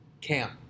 camp